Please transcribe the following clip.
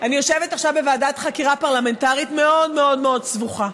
אני יושבת עכשיו בוועדת חקירה פרלמנטרית מאוד מאוד מאוד סבוכה,